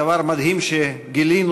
דבר מדהים שגילינו,